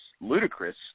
ludicrous